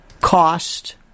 cost